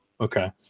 Okay